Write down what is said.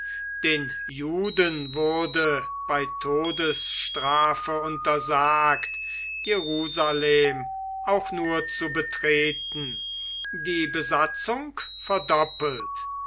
den juden wurde bei todesstrafe untersagt jerusalem auch nur zu betreten die besatzung verdoppelt